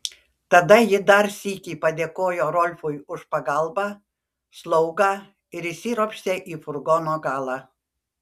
tada ji dar sykį padėkojo rolfui už pagalbą slaugą ir įsiropštė į furgono galą